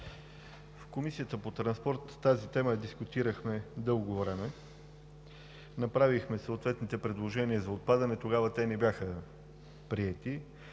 и съобщения тази тема я дискутирахме дълго време. Направихме съответните предложения за отпадане. Тогава те не бяха приети.